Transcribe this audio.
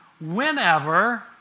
whenever